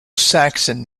saxon